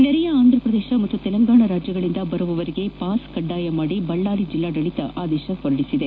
ನೆರೆಯ ಆಂಧ್ರಪ್ರದೇಶ ಮತ್ತು ತೆಲಂಗಾಣದಿಂದ ಬರುವವರಿಗೆ ಪಾಸ್ ಕಡ್ಡಾಯ ಮಾಡಿ ಬಳ್ಳಾರಿ ಜಿಲ್ಲಾಡಳಿತ ಆದೇಶ ಹೊರಡಿಸಿದೆ